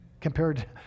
compared